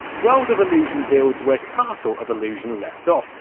world of illusion builds where castle of illusion left off,